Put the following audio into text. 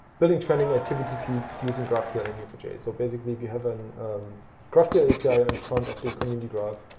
building trending activity feeds using graph ql and n e o four j. so basically we have an graph ql api in front of the community graph,